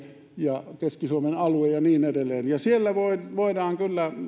ja keski suomen alue ja niin edelleen siellä